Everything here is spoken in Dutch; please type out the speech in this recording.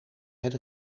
het